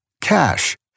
Cash